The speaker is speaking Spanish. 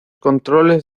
controles